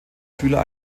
schüler